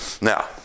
Now